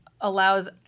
allows